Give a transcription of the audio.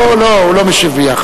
לא, לא, לא, הוא לא משיב ביחד.